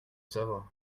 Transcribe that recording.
savoir